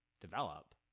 develop